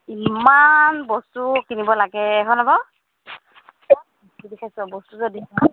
ইমান বস্তু কিনিব লাগে হয়নে বাৰু